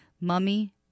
Mummy